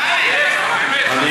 זה לא